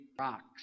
rocks